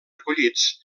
recollits